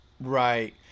Right